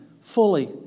fully